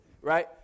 right